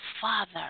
father